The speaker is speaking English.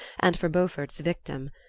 and for beaufort's victim.